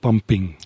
Pumping